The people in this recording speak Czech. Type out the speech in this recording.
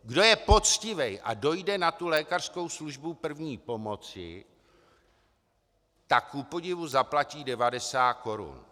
Kdo je poctivý a dojde na tu lékařskou službu první pomoci, tak kupodivu zaplatí 90 korun.